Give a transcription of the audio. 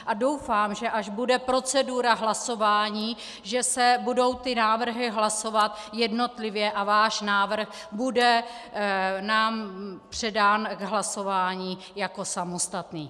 A doufám, že až bude procedura hlasování, že se budou ty návrhy hlasovat jednotlivě a váš návrh bude nám předán k hlasování jako samostatný.